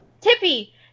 Tippy